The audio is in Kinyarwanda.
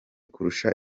kurusha